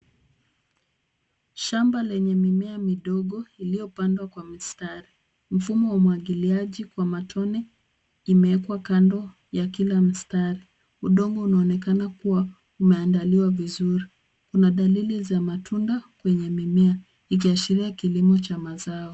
Shamba lenye mimea midogo, iliyopandwa kwa mistari. Mfumo huu wa umwagiliaji wa matone imewekwa kando ya kila mstari .Udongo unaonekana kuwa umeandaliwa vizuri. Kuna dalili za matunda kwenye mimea, ikiashiria kilimo cha mazao.